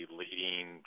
leading